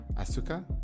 Asuka